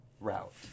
route